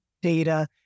data